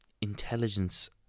intelligence